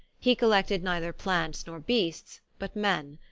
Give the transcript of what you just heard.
he collected neither plants nor beasts, but men.